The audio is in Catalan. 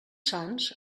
sants